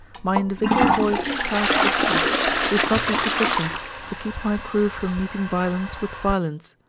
my individual voice cast for peace would not be sufficient to keep my crew from meeting violence with violence.